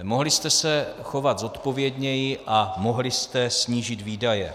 Mohli jste se chovat zodpovědněji a mohli jste snížit výdaje.